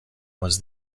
was